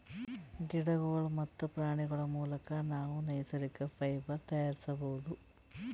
ಗಿಡಗೋಳ್ ಮತ್ತ್ ಪ್ರಾಣಿಗೋಳ್ ಮುಲಕ್ ನಾವ್ ನೈಸರ್ಗಿಕ್ ಫೈಬರ್ ತಯಾರಿಸ್ಬಹುದ್